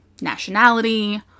nationality